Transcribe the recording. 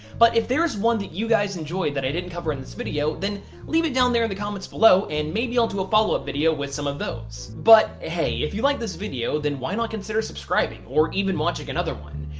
but if there is one that you guys enjoyed that i didn't cover in this video then leave it down there in the comments below and maybe i'll do a follow up video with some of those. but hey, if you liked this video then why not consider subscribing or even watching another one?